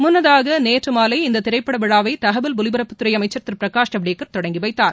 முன்னதாக நேற்று மாலை இந்த திரைப்பட விழாவை தகவல் ஒலிபரப்புத்துறை அமைச்சர் திரு பிரகாஷ் ஜவடேகர் தொடங்கி வைத்தார்